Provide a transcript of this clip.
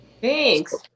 thanks